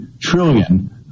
trillion